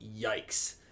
yikes